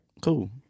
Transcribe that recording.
cool